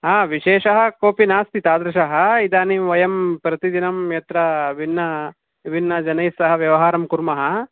हा विशेषः कोऽपि नास्ति तादृशः इदानीं वयं प्रतिदिनं यत्र भिन्न विभिन्नजनैस्सह व्यवहारं कुर्मः